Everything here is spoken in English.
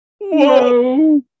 Whoa